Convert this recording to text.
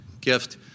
gift